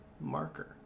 Marker